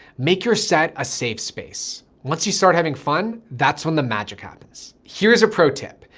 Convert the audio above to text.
make your set a safe space. once you start having fun, that's when the magic happens. here's a pro tip.